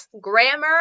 grammar